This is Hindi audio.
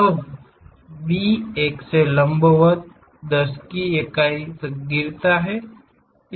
अब B एक लंबवत से 10 की एक इकाई तक गिरता है